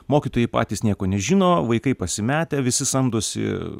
mokytojai patys nieko nežino vaikai pasimetę visi samdosi